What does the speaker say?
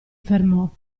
fermò